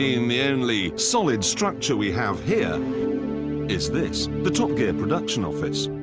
the and the only solid structure we have here is this, the top gear production office.